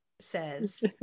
says